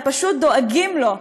אלא פשוט דואגים לו,